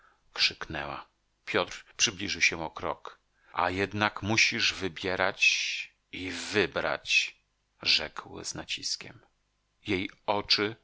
krzyknęła piotr przybliżył się o krok a jednak musisz wybierać i wybrać rzekł z naciskiem jej oczy